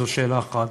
זו שאלה אחת.